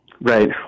Right